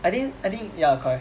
I think I think ya correct